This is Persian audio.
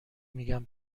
میگن